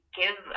give